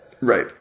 right